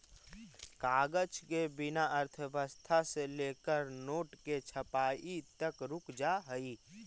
कागज के बिना अर्थव्यवस्था से लेकर नोट के छपाई तक रुक जा हई